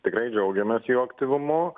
tikrai džiaugiamės jų aktyvumu